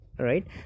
Right